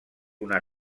una